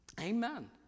Amen